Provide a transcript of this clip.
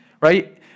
Right